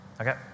Okay